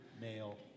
male